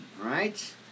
right